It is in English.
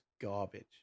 garbage